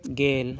ᱜᱮᱞ